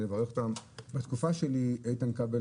בתקופה שלי איתן כבל,